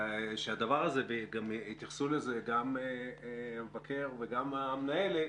התייחסו לזה גם המבקר וגם המנהלת,